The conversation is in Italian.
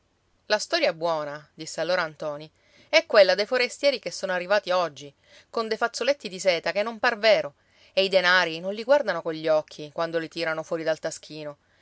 la storia buona disse allora ntoni è quella dei forestieri che sono arrivati oggi con dei fazzoletti di seta che non par vero e i denari non li guardano cogli occhi quando li tirano fuori dal taschino